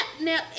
now